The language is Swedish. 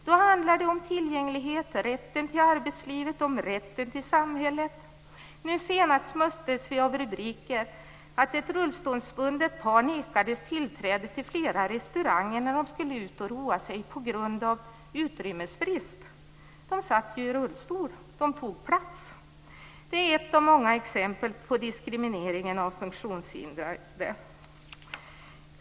Då handlar det om tillgänglighet, om rätten till arbetslivet, om rätten till samhället. Nu senast möttes vi av rubriker om att ett rullstolsbundet par nekades tillträde till flera restauranger när de skulle ut och roa sig på grund av utrymmesbrist. De satt ju i rullstol. De tog plats. Det är ett av många exempel på diskrimineringen av funktionshindrade.